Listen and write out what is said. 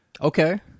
okay